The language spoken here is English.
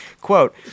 quote